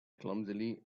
clumsily